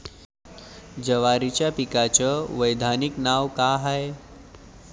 जवारीच्या पिकाचं वैधानिक नाव का हाये?